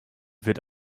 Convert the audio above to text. wird